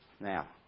Now